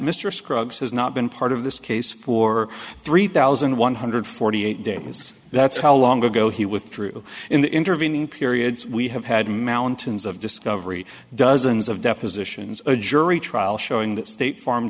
rug's has not been part of this case for three thousand one hundred forty eight days that's how long ago he withdrew in the intervening periods we have had mountains of discovery dozens of depositions a jury trial showing that state farm